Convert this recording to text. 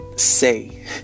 say